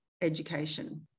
education